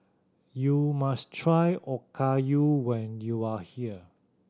you must try Okayu when you are here